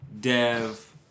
Dev